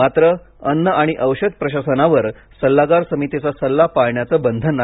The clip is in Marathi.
मात्र अन्न आणि औषध प्रशासनावर सल्लागार समितीचा सल्ला पाळण्याचं बंधन नाही